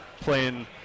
playing